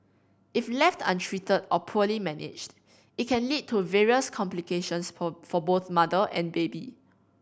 if left untreated or poorly managed it can lead to various complications for for both mother and baby